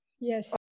Yes